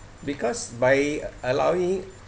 because by allowing